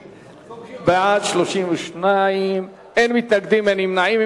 בעד, 32, אין מתנגדים, אין נמנעים.